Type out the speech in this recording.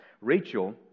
Rachel